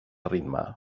ritme